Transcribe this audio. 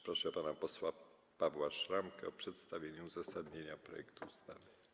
Proszę pana posła Pawła Szramkę o przedstawienie uzasadnienia projektu ustawy.